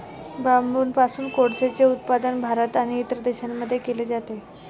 बांबूपासून कोळसेचे उत्पादन भारत आणि इतर देशांमध्ये केले जाते